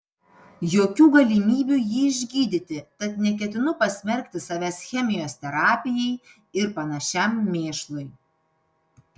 jokių galimybių jį išgydyti tad neketinu pasmerkti savęs chemijos terapijai ir panašiam mėšlui